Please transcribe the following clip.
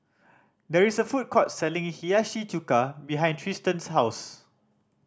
there is a food court selling Hiyashi Chuka behind Trystan's house